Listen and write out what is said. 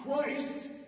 Christ